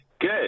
Good